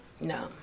no